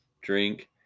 drink